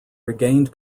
regained